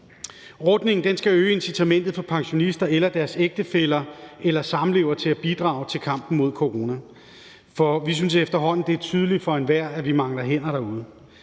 Ordningen skal øge incitamentet for pensionister eller deres ægtefæller eller samlevere til at bidrage til kampen mod corona, for vi synes efterhånden, det er tydeligt for enhver, at vi mangler hænder derude.